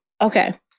Okay